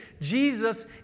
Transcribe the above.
Jesus